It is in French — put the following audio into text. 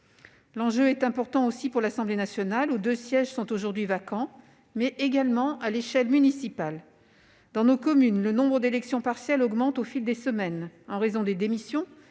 L'enjeu est important pour l'Assemblée nationale, où deux sièges sont aujourd'hui vacants, mais également à l'échelle municipale. Dans nos communes, le nombre d'élections partielles augmente au fil des semaines en raison des démissions,